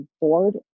board